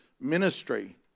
ministry